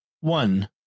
One